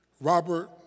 Robert